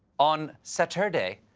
on saturday,